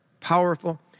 powerful